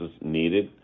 needed